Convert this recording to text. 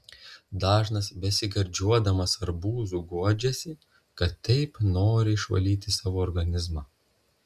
dažnas besigardžiuodamas arbūzu guodžiasi kad taip nori išvalyti savo organizmą